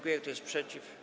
Kto jest przeciw?